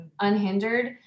unhindered